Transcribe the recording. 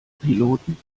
piloten